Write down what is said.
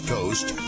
Coast